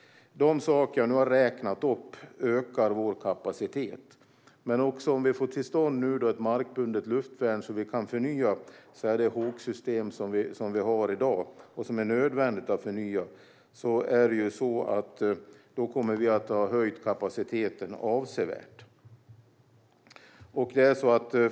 De saker jag nu har räknat upp ökar vår kapacitet. Men om vi får till stånd ett markbundet luftvärn så att vi kan förnya det Hawksystem som vi har i dag, som det är nödvändigt att förnya, kommer vi att ha förhöjt kapaciteten avsevärt.